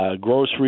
Grocery